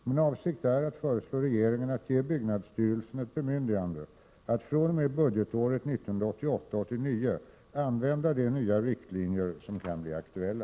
Min avsikt är att föreslå regeringen att ge byggnadsstyrelsen ett bemyndigande att fr.o.m. budgetåret 1988/89 använda de nya riktlinjer som kan bli aktuella.